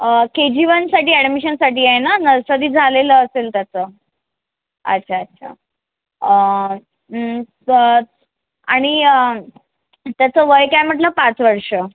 के G वनसाठी ॲडमिशनसाठी आहे ना नर्सरी झालेलं असेल त्याचं अच्छा अच्छा तर आणि त्याचं वय काय म्हटलं पाच वर्ष